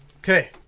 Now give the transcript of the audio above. Okay